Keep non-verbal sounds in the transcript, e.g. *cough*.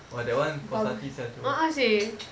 !wah! that one puas hati sia tu *noise*